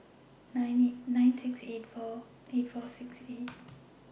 nine eight nine six eight four eight four six eight